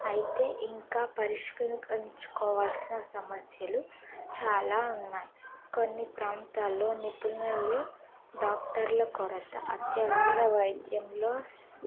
అయితే ఇంకా పరిష్కరించుకోవాల్సిన సమస్యలు చాలా ఉన్నాయి కొన్ని ప్రాంతాల్లో నిపుణులు డాక్టర్ల కొరత అత్యవసర వైద్యంలో